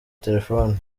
telefoni